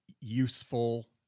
useful